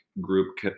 group